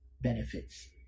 benefits